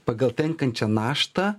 pagal tenkančią naštą